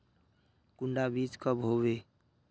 कुंडा बीज कब होबे?